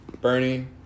Bernie